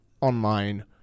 online